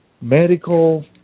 medical